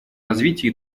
развитие